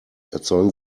erzeugen